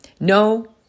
no